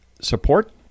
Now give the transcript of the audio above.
support